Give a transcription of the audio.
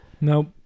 nope